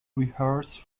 rehearse